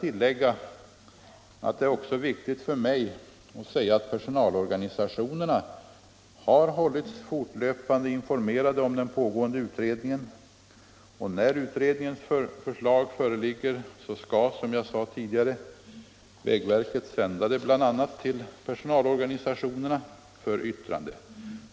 Sedan är det för mig också viktigt att säga att personalorganisationerna Nr 33 har hållits fortlöpande informerade om den pågående utredningen. När Tisdagen den utredningens förslag föreligger skall vägverket, som jag sade tidigare, 11. mars 1975 bl.a. sända det till personalorganisationerna för yttrande.